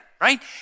right